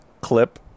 clip